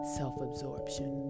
self-absorption